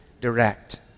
direct